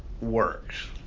works